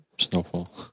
snowfall